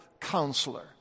counselor